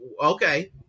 okay